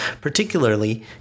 particularly